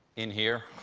in here,